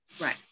Right